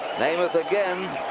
namath again.